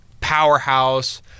powerhouse